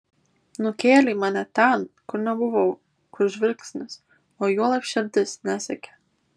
nukėlei mane ten kur nebuvau kur žvilgsnis o juolab širdis nesiekė